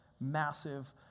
massive